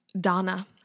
Donna